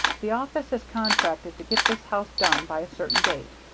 the office has contracted to get this house done by a certain date.